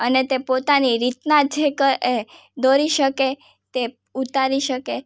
અને તે પોતાની રીતના જે ક એ દોરી શકે તે ઉતારી શકે